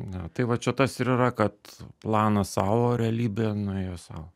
ne tai va čia tas ir yra kad planas sau o realybė nuėjo sau